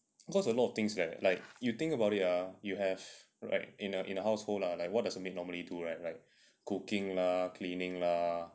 because a lot of things that like you think about it ah you have right in a in a household lah like what does a maid normally do right like cooking lah cleaning lah